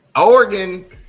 Oregon